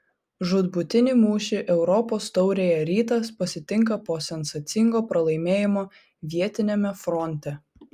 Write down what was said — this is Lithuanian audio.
žūtbūtinį mūšį europos taurėje rytas pasitinka po sensacingo pralaimėjimo vietiniame fronte